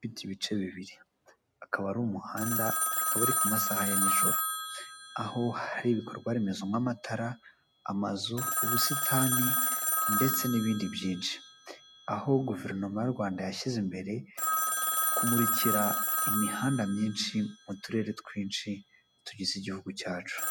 Ifite bice bibiri akaba ari umuhanda akaba iri ku masaha ya n'ijoro aho hari ibikorwaremezo nk'amatara, amazu, ubusitani, ndetse n'ibindi byinshi. Aho guverinoma y'u Rwanda yashyize imbere kumurikira imihanda myinshi mu turere twinshi tugize igihugu cyacu.